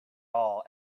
all